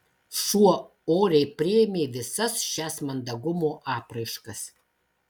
šuo oriai priėmė visas šias mandagumo apraiškas